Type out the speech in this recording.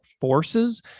forces